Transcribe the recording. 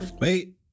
Wait